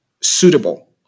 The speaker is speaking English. suitable